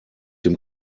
dem